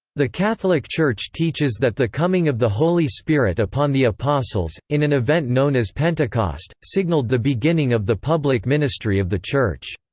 the catholic church teaches that the coming of the holy spirit upon the apostles, in an event known as pentecost, signaled the beginning of the public ministry of the church.